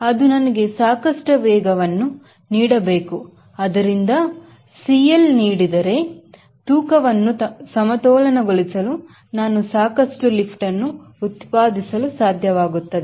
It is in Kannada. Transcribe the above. ಅದು ನನಗೆ ಸಾಕಷ್ಟು ವೇಗವನ್ನು ನೀಡಬೇಕು ಅದರಿಂದ CL ನೀಡಿದರೆ ತೂಕವನ್ನು ಸಮತೋಲನಗೊಳಿಸಲು ನಾನು ಸಾಕಷ್ಟು ಲಿಫ್ಟನ್ನು ಉತ್ಪಾದಿಸಲು ಸಾಧ್ಯವಾಗುತ್ತದೆ